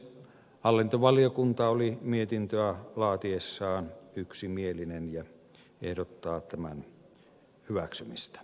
hallintovaliokunta oli mietintöä laatiessaan yksimielinen ja ehdottaa tämän hyväksymistä